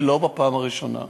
ולא בפעם הראשונה.